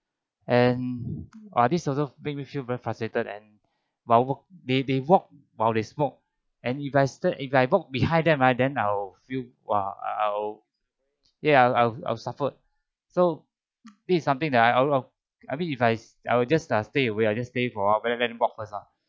and ah this also make me feel very frustrated and while they they walk while they smoke and if I stay if I walk behind them ah then I'll feel !wah! I'll ya I'll I'll suffered so this is something that I know I mean if I I will just as stay away I just stay for a let them let them walk first ah